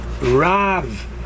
Rav